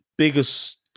biggest